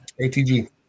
ATG